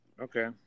Okay